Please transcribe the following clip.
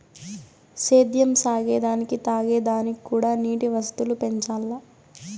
సేద్యం సాగే దానికి తాగే దానిక్కూడా నీటి వసతులు పెంచాల్ల